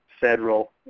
federal